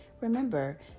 Remember